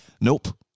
nope